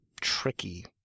tricky